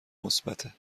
مثبته